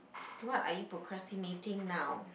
what are you procrastinating now